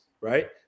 right